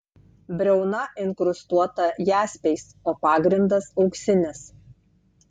briauna inkrustuota jaspiais o pagrindas auksinis